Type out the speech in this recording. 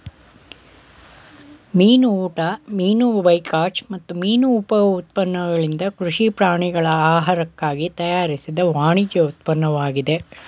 ಮೀನು ಊಟ ಮೀನು ಬೈಕಾಚ್ ಮತ್ತು ಮೀನು ಉಪ ಉತ್ಪನ್ನಗಳಿಂದ ಕೃಷಿ ಪ್ರಾಣಿಗಳ ಆಹಾರಕ್ಕಾಗಿ ತಯಾರಿಸಿದ ವಾಣಿಜ್ಯ ಉತ್ಪನ್ನವಾಗಿದೆ